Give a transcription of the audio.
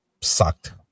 sucked